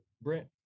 Brent